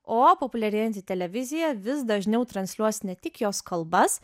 o populiarėjanti televizija vis dažniau transliuos ne tik jos kalbas